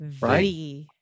Right